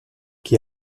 chi